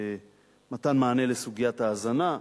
מתן מענה לסוגיית ההזנה.